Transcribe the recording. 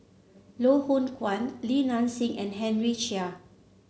Loh Hoong Kwan Li Nanxing and Henry Chia